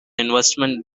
investment